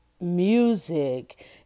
music